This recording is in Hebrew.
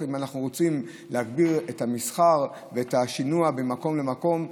אם אנחנו רוצים להגביר את המסחר ואת השינוע ממקום למקום,